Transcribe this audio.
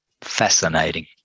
fascinating